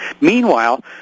Meanwhile